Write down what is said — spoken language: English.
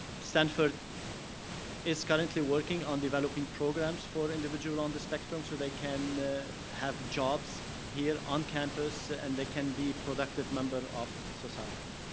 stanford is currently working on developing programs for individuals on the spectrum. so they can have jobs here on campus and they can be productive member of society.